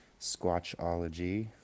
Squatchology